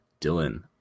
Dylan